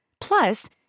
Plus